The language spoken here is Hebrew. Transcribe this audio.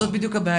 זאת בדיוק הבעיה.